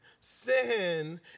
sin